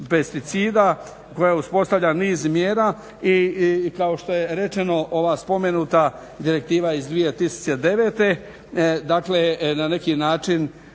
koja uspostavlja niz mjera. I kao što je rečeno, ova spomenuta direktiva iz 2009.